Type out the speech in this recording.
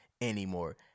anymore